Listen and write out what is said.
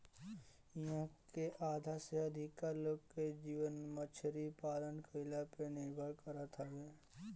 इहां के आधा से अधिका लोग के जीवन मछरी पालन कईला पे निर्भर करत हवे